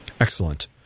Excellent